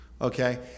okay